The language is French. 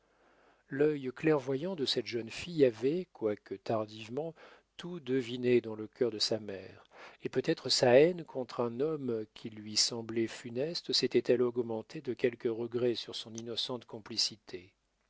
l'œil clairvoyant de cette jeune fille avait quoique tardivement tout deviné dans le cœur de sa mère et peut-être sa haine contre un homme qui lui semblait funeste s'était-elle augmentée de quelques regrets sur son innocente complicité